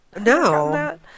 No